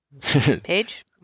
Page